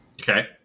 Okay